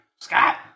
Scott